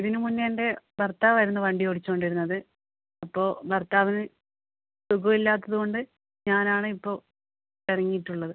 ഇതിന് മുന്നേ എൻ്റെ ഭർത്താവായിരുന്നു വണ്ടി ഓടിച്ചുകൊണ്ടിരുന്നത് അപ്പോൾ ഭർത്താവിന് സുഖം ഇല്ലാത്തത് കൊണ്ട് ഞാനാണ് ഇപ്പോൾ ഇറങ്ങിയിട്ടുള്ളത്